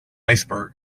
iceberg